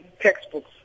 textbooks